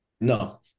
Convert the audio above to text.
No